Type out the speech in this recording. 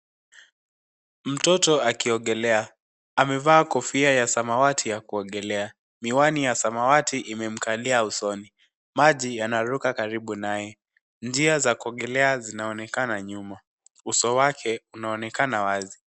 Mtoto akiogelea. Amevaa kofia ya samawati ya kuogelea. Miwani ya samawati imemkalia usoni. Maji yanaruka karibu naye. Njia za kuogelea zinaonekana nyuma. Uso wake unaonekana wazi.